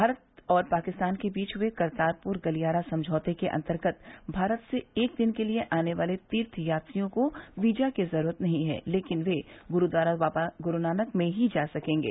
भारत और पाकिस्तान के बीच हुए करतारपुर गलियारा समझौते के अंतर्गत भारत से एक दिन के लिए आने वाले तीर्थ यात्रियों को वीज़ा की ज़रूरत नहीं है लेकिन वे ग़रुद्वारा बाबा ग़रुनानक में ही जा सकेंगे